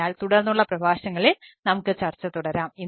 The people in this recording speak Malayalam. അതിനാൽ തുടർന്നുള്ള പ്രഭാഷണങ്ങളിൽ നമുക്ക് ചർച്ച തുടരാം